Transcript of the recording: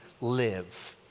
live